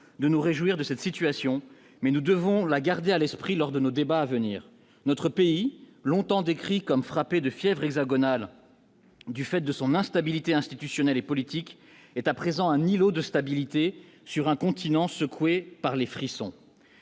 de nous réjouir de cette situation, mais nous devons la garder à l'esprit lors de nos débats à venir, notre pays longtemps décrit comme frappées de fièvre hexagonale. Du fait de son instabilité institutionnelle et politique est à présent un îlot de stabilité sur un continent secoué par les frissons,